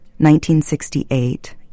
1968